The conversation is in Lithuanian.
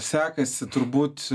sekasi turbūt